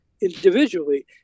individually